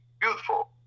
beautiful